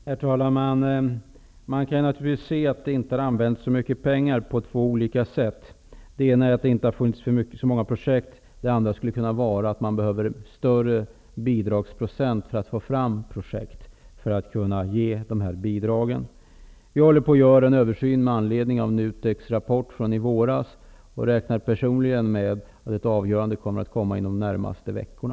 Herr talman! Man kan se på olika sätt på det förhållandet att det inte har använts så mycket pengar. Det ena är att det inte har funnits så många projekt. Det andra skulle kunna vara att man behöver högre bidragsprocent för att få fram projekt att ge bidrag till. Vi håller på att göra en översyn med anledning av NUTEK:s rapport från i våras, och jag räknar personligen med att ett avgörande kommer att ske under de närmaste veckorna.